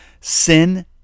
Sin